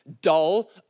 dull